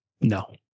No